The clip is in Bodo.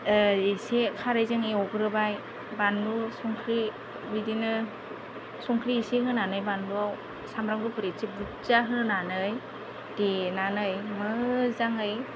एसे खारैजों एवग्रोबाय बानलु संख्रि बिदिनो संख्रि इसे होनानै बिदिनो बानलुआव सामब्राम गुफुर इसे बुरजा होनानै देनानै मोजाङै